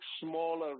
smaller